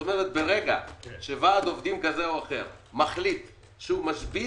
כלומר ברגע שוועד עובדים כזה או אחר מחליט שהוא משבית,